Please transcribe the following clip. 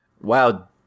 Wow